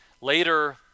Later